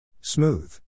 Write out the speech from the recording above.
Smooth